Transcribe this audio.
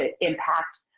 impact